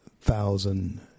thousand